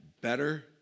better